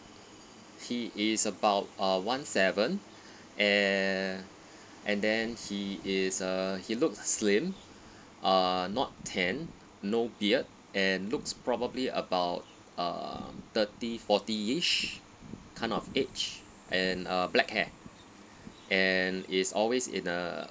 he is about uh one seven and and then he is uh he look slim uh not tanned no beard and looks probably about err thirty forty-ish kind of age and uh black hair and is always in a